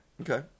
okay